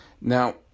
Now